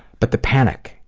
but the panic,